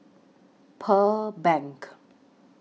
Pearl Bank